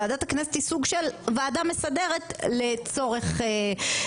ועדת הכנסת היא סוג של ועדה מסדרת לצורך העניין.